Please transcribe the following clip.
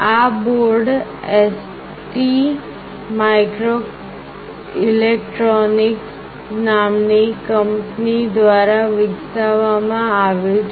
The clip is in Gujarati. આ બોર્ડ ST માઇક્રોઇલેક્ટ્રોનિક્સ નામની કંપની દ્વારા વિકસાવવામાં આવ્યું છે